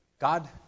God